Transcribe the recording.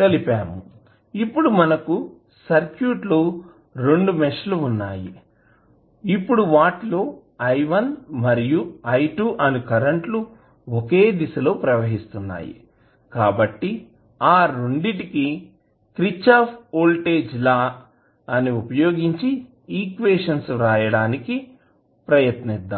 కలిపాము ఇప్పుడు మనకు సర్క్యూట్ లో రెండు మెష్ లు వున్నాయి ఇప్పుడు వాటిలో i1 మరియు i2 అను కరెంటు లు ఒకే దిశలో ప్రవహిస్తున్నాయి కాబట్టి ఆ రెండిటికీ క్రిచ్చాఫ్ వోల్టేజ్ లా ని ఉపయోగించి ఈక్వేషన్స్ రాయడానికి ప్రయత్నిద్దాం